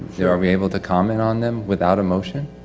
are we able to comment on them without a motion,